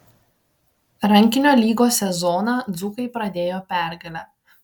rankinio lygos sezoną dzūkai pradėjo pergale